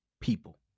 people